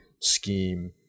scheme